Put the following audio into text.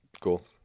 Cool